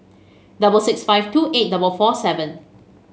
double six five two eight double four seven